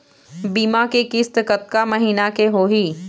बीमा के किस्त कतका महीना के होही?